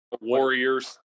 Warriors